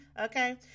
Okay